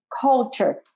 culture